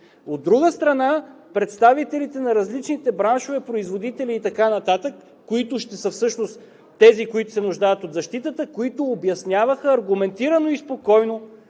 от друга страна – представителите на различните браншове, производителите и така нататък, които всъщност ще са тези, които се нуждаят от защитата и които обясняваха аргументирано и спокойно,